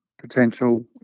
potential